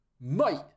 mate